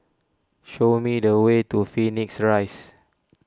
show me the way to Phoenix Rise